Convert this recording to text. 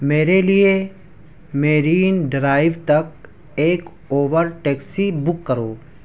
میرے لیے marine drive تک ایک اوبر ٹیکسی بک کرو